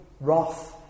wrath